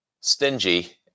stingy